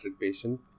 patient